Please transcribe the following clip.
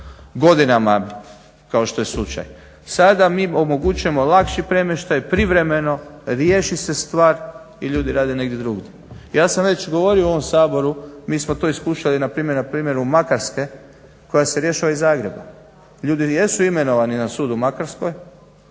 godinama kao što je slučaj. Sada mi omogućujemo lakši premještaj privremeno riješi se stvar i ljudi rade negdje drugdje. Ja sam već govorio u ovom Saboru mi smo to iskušali na primjeru Makarske koja se rješava iz Zagreba. Ljudi jesu imenovani na sudu u Makarskoj